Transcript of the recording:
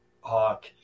Hawk